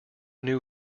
new